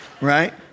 right